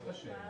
זאת השאלה.